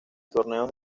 torneos